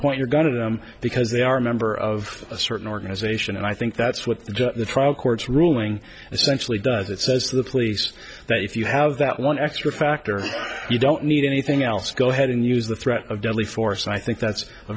point you're going to them because they are a member of a certain organization and i think that's what the trial court's ruling essentially does it says the police that if you have that one xtra factor you don't need anything else go ahead and use the threat of deadly force and i think that's a